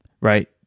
right